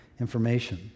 information